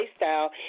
lifestyle